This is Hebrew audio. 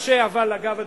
אבל אגב,